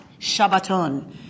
Shabbaton